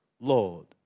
Lord